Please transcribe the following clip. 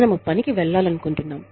మనము పనికి వెళ్లాలనుకుంటున్నాము